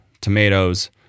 tomatoes